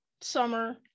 summer